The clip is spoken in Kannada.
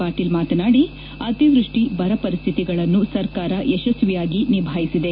ಪಾಟೀಲ್ ಮಾತನಾಡಿ ಅತಿವೃಷ್ಟಿ ಬರ ಪರಿಸ್ಠಿತಿಗಳನ್ನು ಸರ್ಕಾರ ಯಶಸ್ವಿಯಾಗಿ ನಿಭಾಯಿಸಿದೆ